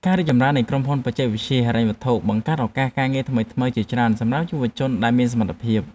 ការរីកចម្រើននៃក្រុមហ៊ុនបច្ចេកវិទ្យាហិរញ្ញវត្ថុបង្កើតឱកាសការងារថ្មីៗជាច្រើនសម្រាប់យុវជនដែលមានសមត្ថភាព។